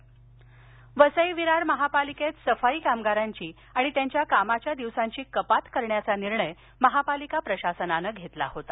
पालघर वसई विरार महापालिकेत सफाई कामगारांची आणि त्यांच्या कामाच्या दिवसांची कपात करण्याचा निर्णय महापालिका प्रशासनानं घेतला होता